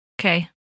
Okay